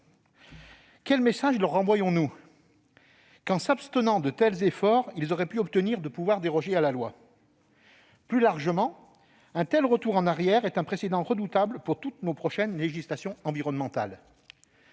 Quel message leur envoyons-nous : qu'en s'abstenant de tels efforts, ils auraient pu obtenir de pouvoir déroger à la loi ? Plus largement, un tel retour en arrière est un précédent redoutable pour toutes nos prochaines législations environnementales.